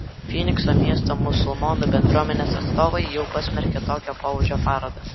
fynikso miesto musulmonų bendruomenės atstovai jau pasmerkė tokio pobūdžio parodą